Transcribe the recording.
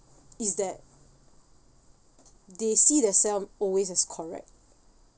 is that they see themselves always as correct